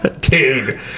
Dude